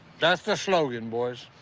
that's the slogan, boys.